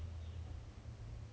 mm 没有 leh 那天我没有做 leh